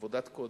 עבודת קודש.